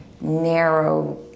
narrow